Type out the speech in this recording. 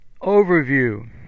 Overview